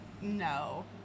No